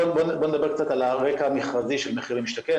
בואו נדבר על הרקע המכרזי של מחיר למשתכן.